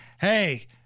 hey